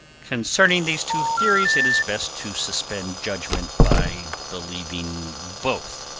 concerning these two theories, it is best to suspend judgment by believing both.